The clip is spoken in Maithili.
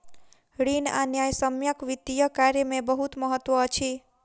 ऋण आ न्यायसम्यक वित्तीय कार्य में बहुत महत्त्व अछि